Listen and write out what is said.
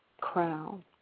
crown